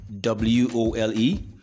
W-O-L-E